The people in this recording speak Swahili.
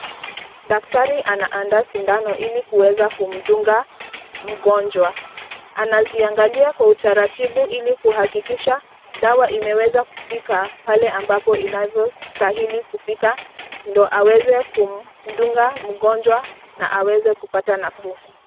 Daktari anaandaa sindano ili kuweza kumdunga mgonjwa. Anaziangalia kwa utaratibu ili kuhakikisha dawa imeweza kufika pale inavyostahili kufika, ndo aweze kumdunga mgonjwa na aweze kupata nafuu.